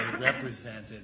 represented